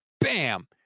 bam